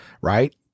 Right